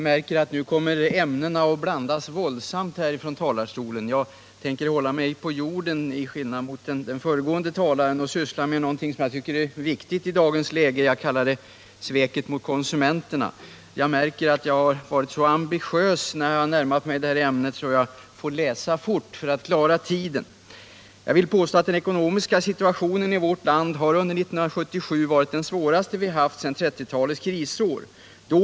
Herr talman! Nu kommer ämnena att blandas våldsamt. Jag tänker nämligen, till skillnad från den föregående talaren, hålla mig på jorden och ta upp något som jag tycker är viktigt i dagens läge — jag kallar det sveket mot konsumenterna. Jag märker att jag har varit så ambitiös när jag närmat mig det här ämnet att jag får läsa fort för att kunna hålla tiden. Den ekonomiska situationen i vårt land har under 1977 varit den svåraste vi haft sedan 1930-talets krisår.